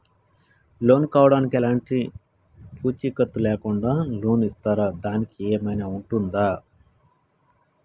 Loan కావడానికి ఎలాంటి పూచీకత్తు లేకుండా లోన్ ఇస్తారా దానికి ఏమైనా ఉంటుందా?